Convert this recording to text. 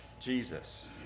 Jesus